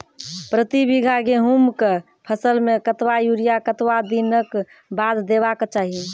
प्रति बीघा गेहूँमक फसल मे कतबा यूरिया कतवा दिनऽक बाद देवाक चाही?